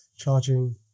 Charging